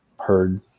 heard